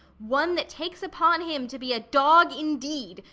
one that takes upon him to be a dog indeed,